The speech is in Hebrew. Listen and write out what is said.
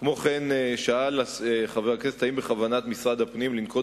כמו כן שאל חבר הכנסת אם בכוונת משרד הפנים לנקוט